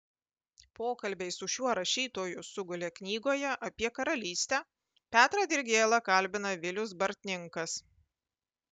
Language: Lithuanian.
pokalbiai su šiuo rašytoju sugulė knygoje apie karalystę petrą dirgėlą kalbina vilius bartninkas